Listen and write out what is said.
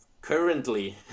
currently